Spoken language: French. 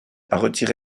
retiré